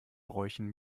bräuchen